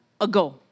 ago